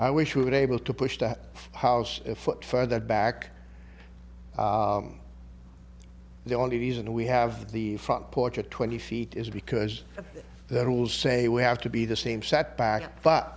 i wish we were able to push the house a foot further back the only reason we have the front porch at twenty feet is because the rules say we have to be the same sat back but